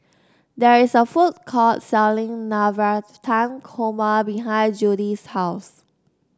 there is a food court selling Navratan Korma behind Judi's house